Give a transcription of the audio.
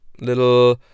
little